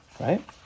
Right